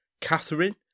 Catherine